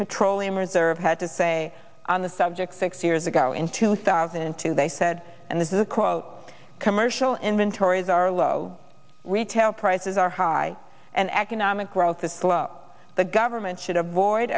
petroleum reserve had to say on the subject six years ago in two thousand and two they said and this is a quote commercial inventories are low retail prices are high and economic growth is slow the government should avoid